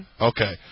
Okay